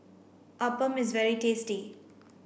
Appam is very tasty